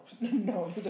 no